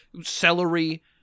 celery